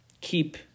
keep